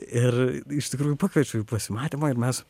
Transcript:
ir iš tikrųjų pakviečiau į pasimatymą